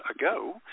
ago